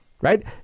right